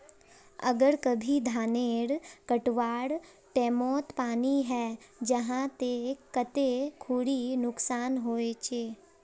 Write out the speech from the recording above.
अगर कभी धानेर कटवार टैमोत पानी है जहा ते कते खुरी नुकसान होचए?